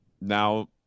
Now